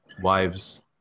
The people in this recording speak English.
wives